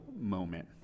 moment